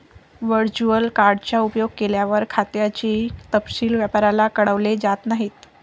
virtual card चा उपयोग केल्यावर, खात्याचे तपशील व्यापाऱ्याला कळवले जात नाहीत